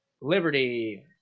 Liberty